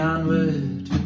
Onward